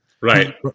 right